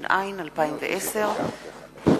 התש"ע 2010. תודה.